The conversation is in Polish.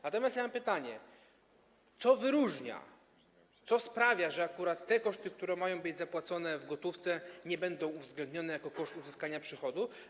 Natomiast mam pytanie: Co wyróżnia, co sprawia, że akurat te koszty, które mają być zapłacone w gotówce, nie będą uwzględnione jako koszt uzyskania przychodu?